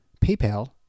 PayPal